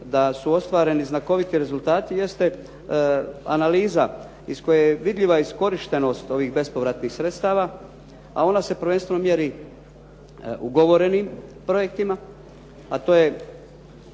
da su ostvareni znakoviti rezultati jeste analiza iz koje je vidljiva iskorištenost ovih bespovratnih sredstava, a ona se prvenstveno mjeri ugovorenim projektima, a to je